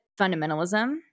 fundamentalism